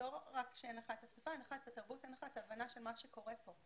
לא רק שאין לך את השפה אלא אין לך את התרבות ואת ההבנה של מה שקורה כאן.